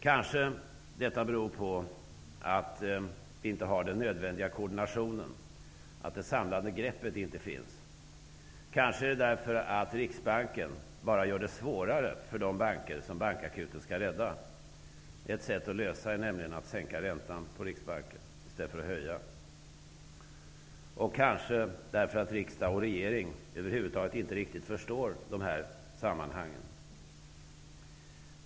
Kanske beror detta på att vi inte har den nödvändiga koordinationen och att det samlade greppet inte finns. Kanske beror det på att Riksbanken bara gör det svårare för de banker som bankakuten skall rädda -- ett sätt att lösa det skulle annars vara att Riksbanken sänker räntan i stället för att höja den. Kanske beror det på att riksdag och regering över huvud taget inte riktigt förstår de här sammanhangen.